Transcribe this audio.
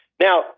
Now